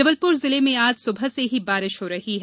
जबलपुर जिले में आज सुबह से ही बारिश हो रही है